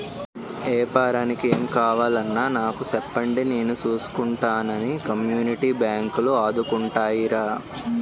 ఏపారానికి ఏం కావాలన్నా నాకు సెప్పండి నేను సూసుకుంటానని కమ్యూనిటీ బాంకులు ఆదుకుంటాయిరా